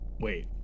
Wait